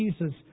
Jesus